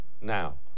Now